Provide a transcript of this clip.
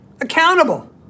accountable